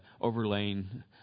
overlaying